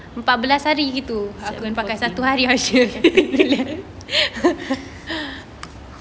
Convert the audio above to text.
aku shopping